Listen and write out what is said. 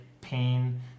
pain